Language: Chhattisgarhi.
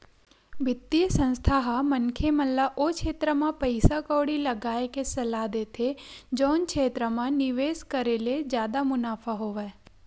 बित्तीय संस्था ह मनखे मन ल ओ छेत्र म पइसा कउड़ी लगाय के सलाह देथे जउन क्षेत्र म निवेस करे ले जादा मुनाफा होवय